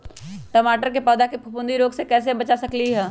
टमाटर के पौधा के फफूंदी रोग से कैसे बचा सकलियै ह?